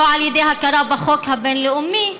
לא על ידי הכרה בחוק הבין-לאומי,